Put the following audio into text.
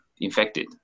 infected